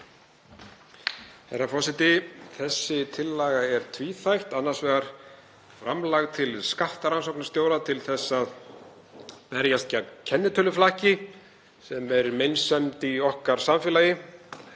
Þessi tillaga er tvíþætt, annars vegar framlag til skattrannsóknarstjóra til þess að berjast gegn kennitöluflakki, sem er meinsemd í samfélagi